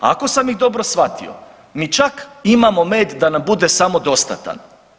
Ako sam ih dobro shvatio, mi čak imamo med da nam bude samodostatan.